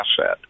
asset